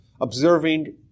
observing